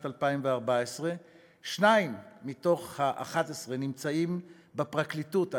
2014. שניים מתוך ה-11 נמצאים בפרקליטות,